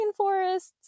rainforests